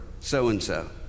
so-and-so